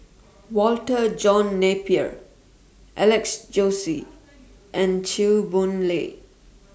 Walter John Napier Alex Josey and Chew Boon Lay